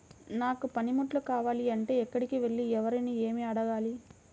నాకు పనిముట్లు కావాలి అంటే ఎక్కడికి వెళ్లి ఎవరిని ఏమి అడగాలి?